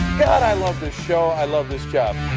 i love this show, i love this job.